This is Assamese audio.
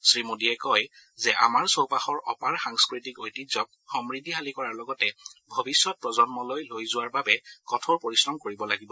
শ্ৰীমোডীয়ে কয় যে আমাৰ চৌপাশৰ অপাৰ সাংস্থতিক ঐতিহাক সমূদ্ধিশালী কৰাৰ লগতে ভৱিষ্যত প্ৰজন্মলৈ লৈ যোৱাৰ বাবে কঠোৰ পৰিশ্ৰম কৰিব লাগিব